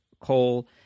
coal